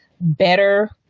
better